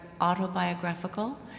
autobiographical